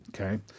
okay